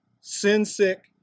sin-sick